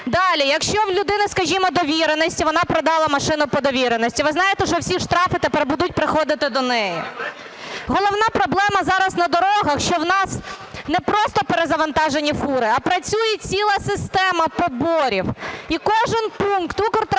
Далі. Якщо в людини, скажімо, довіреність і вона продала машину по довіреності, ви знаєте, що всі штрафи тепер будуть приходити до неї. Головна проблема зараз на дорогах, що в нас не просто перезавантажені фури, а працює ціла система поборів. І кожен пункт Укртрансбезпеки,